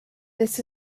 this